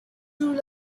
rule